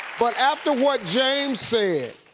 but after what james said,